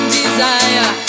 desire